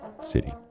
City